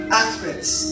athletes